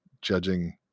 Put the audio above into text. judging